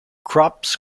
crops